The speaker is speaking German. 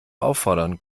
auffordern